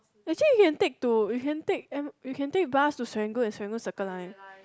actually you can take to you can take m you can take bus to Serangoon and Serangoon Circle Line